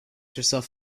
herself